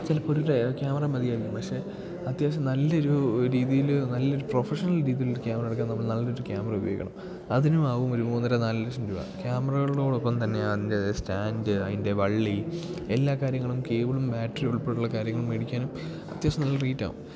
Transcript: ചിലപ്പോഴൊരു camera മതിയായിരിക്കും പക്ഷെ അത്യാവശ്യം നല്ലൊരു രീതിയിൽ നല്ലൊരു പ്രൊഫഷണൽ രീതിയിലൊരു ക്യാമറ എടുക്കാൻ നമ്മൾ നല്ലൊരു ക്യാമറ ഉപയോഗിക്കണം അതിനുമാവും ഒരു മൂന്നര നാലു ലക്ഷം രൂപ ക്യാമറകളോടൊപ്പം തന്നെ അതിൻ്റെ സ്റ്റാൻഡ് അതിൻ്റെ വള്ളി എല്ലാ കാര്യങ്ങളും കേബിളും ബാറ്ററി ഉൾപ്പെടെയുള്ള കാര്യങ്ങളും മേടിക്കാനും അത്യാവശ്യം നല്ലൊരു റേറ്റാവും